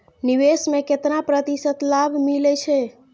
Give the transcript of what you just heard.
निवेश में केतना प्रतिशत लाभ मिले छै?